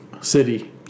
City